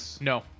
No